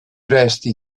resti